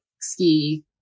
ski